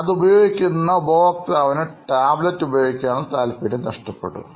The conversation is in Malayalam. അത് ഉപയോഗിക്കുന്ന ഉപഭോക്താവിന് ടാബ്ലെറ്റ് ഉപയോഗിക്കാനുള്ള താല്പര്യം നഷ്ടപ്പെടും